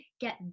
get